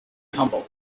humble